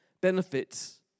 benefits